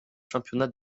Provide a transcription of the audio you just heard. championnat